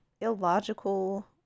illogical